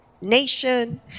nation